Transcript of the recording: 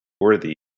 worthy